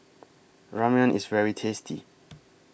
Ramyeon IS very tasty